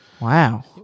Wow